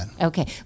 Okay